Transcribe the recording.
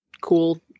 cool